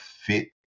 fit